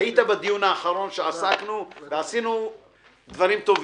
היית בדיון הקודם שבו עסקנו בנושא ועשינו דברים טובים.